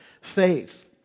faith